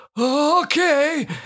Okay